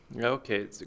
Okay